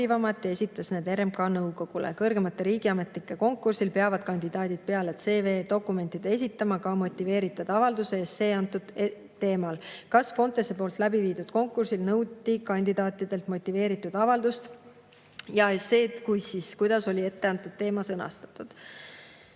ja esitas need RMK nõukogule. Kõrgemate riigiametnike konkursil peavad kandidaadid peale CV jt dokumentide esitama ka motiveeritud avalduse ja essee etteantud teemal. Kas Fontese poolt läbiviidud konkursil nõuti kandidaatidelt motiveeritud avaldust ja esseed ja kui, siis kuidas oli etteantud teema sõnastatud?"